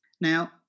Now